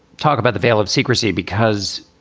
talk about the veil of secrecy, because